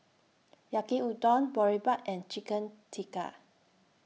Yaki Udon Boribap and Chicken Tikka